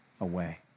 away